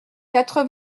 quatre